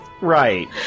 Right